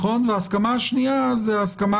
וההסכמה השנייה היא הסכמה